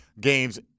games